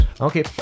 Okay